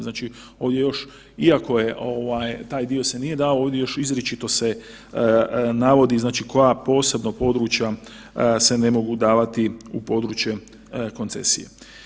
Znači ovdje još, iako je ovaj taj dio se nije dao ovdje još izričito se navodi znači koja posebno područja se ne mogu davati u područje koncesije.